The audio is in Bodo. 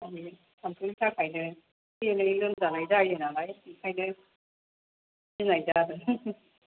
सारो थाम्फैनि थाखायनो एसे एनै लोमजायो नालाय ओंखायनो होनाय जादों